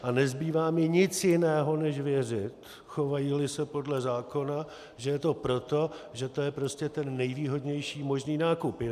A nezbývá mi nic jiného než věřit, chovajíli se podle zákona, že je to proto, že to je prostě ten nejvýhodnější možný nákup.